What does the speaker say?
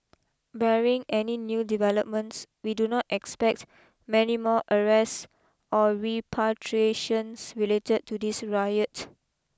barring any new developments we do not expect many more arrests or repatriations related to this riot